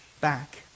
back